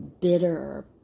bitter